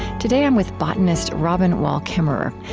today i'm with botanist robin wall kimmerer.